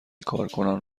کارکنان